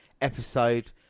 episode